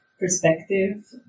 Perspective